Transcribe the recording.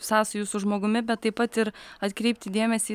sąsajų su žmogumi bet taip pat ir atkreipti dėmesį